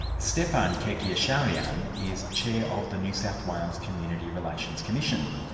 stepan kerkyasharian is chair of the new south wales community relations commission.